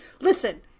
Listen